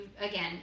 again